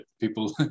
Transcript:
people